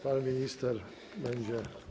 Pan minister będzie.